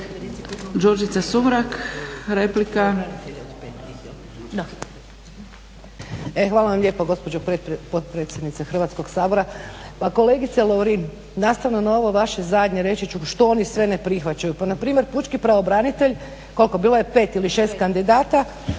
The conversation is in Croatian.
Đurđica Sumrak, replika.